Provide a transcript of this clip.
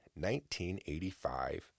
1985